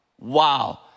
wow